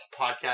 podcast